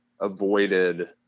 avoided